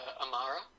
Amara